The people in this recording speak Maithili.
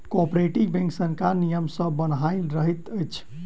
कोऔपरेटिव बैंक सरकारक नियम सॅ बन्हायल रहैत अछि